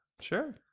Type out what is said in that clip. Sure